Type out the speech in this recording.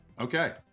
Okay